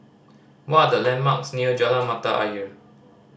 what are the landmarks near Jalan Mata Ayer